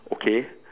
okay